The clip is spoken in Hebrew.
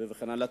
וכן הלאה.